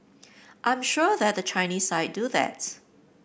I'm sure that the Chinese side do that